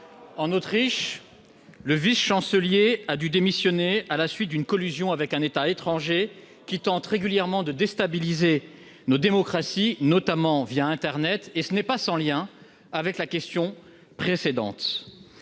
En Autriche, le vice-chancelier a dû démissionner à la suite d'une collusion avec un État étranger qui tente régulièrement de déstabiliser nos démocraties, notamment internet, ce qui n'est pas sans lien avec la question précédente.